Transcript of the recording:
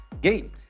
game